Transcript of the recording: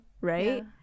right